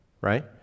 Right